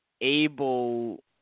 able